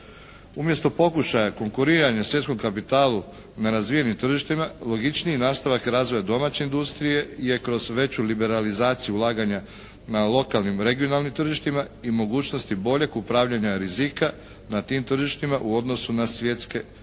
Umjesto pokušaja konkuriranja svjetskom kapitalu na razvijenim tržištima logičniji nastavak razvoja domaće industrije je kroz veću liberalizaciju ulaganja na lokalnim i regionalnim tržištima i mogućnosti boljeg upravljanja rizika na tim tržištima u odnosu na svjetske konkurente.